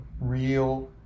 real